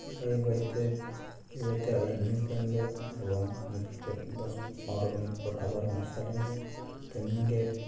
ᱵᱟᱹᱭ ᱵᱟᱹᱭᱛᱮ ᱟᱹᱭᱩᱵ ᱧᱩᱛ ᱮᱱᱜᱮ ᱮᱵᱚᱝ ᱧᱩᱛ ᱠᱟᱛᱮᱫ ᱫᱚᱥ ᱵᱟᱨᱚ ᱢᱤᱱᱤᱴ ᱯᱚᱨ ᱟᱵᱟᱨ ᱢᱟᱨᱥᱟᱞ ᱮᱱᱜᱮ ᱛᱮᱢᱱᱤ ᱜᱮ